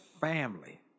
family